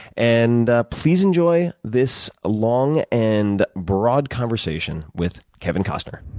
and ah please enjoy this long and broad conversation with kevin costner.